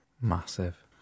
massive